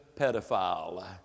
pedophile